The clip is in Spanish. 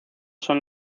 son